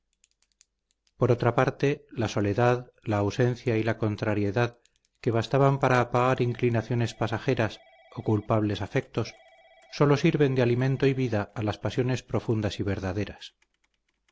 por otra parte la soledad la ausencia y la contrariedad que bastan para apagar inclinaciones pasajeras o culpables afectos sólo sirven de alimento y vida a las pasiones profundas y verdaderas